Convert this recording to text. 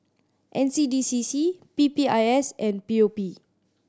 N C D C C P P I S and P O P